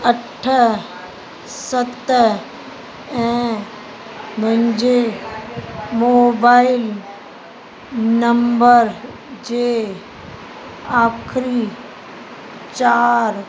अठ सत ऐं मुंहिंजे मोबाइल नंबर जे आखिरी चारि